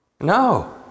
No